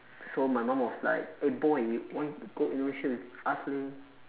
so my mum was like eh boy you want to go indonesia with us leh